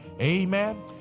Amen